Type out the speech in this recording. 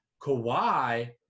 Kawhi